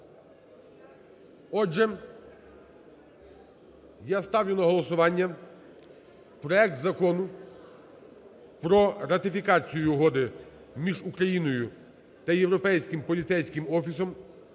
Отже, я ставлю на голосування проект Закону про ратифікацію Угоди між Україною та Європейським поліцейським офісом